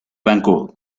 bangkok